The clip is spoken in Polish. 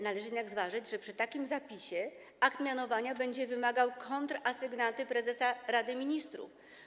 Należy jednak zważyć, że przy takim zapisie akt mianowania będzie wymagał kontrasygnaty prezesa Rady Ministrów.